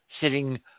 sitting